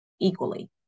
equally